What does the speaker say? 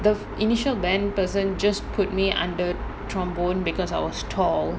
the initial band person just put me under trombone because I was tall